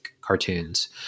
cartoons